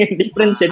different